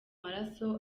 amaraso